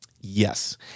Yes